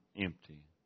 empty